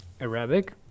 Arabic